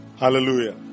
Hallelujah